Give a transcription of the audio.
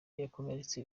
yakomeretse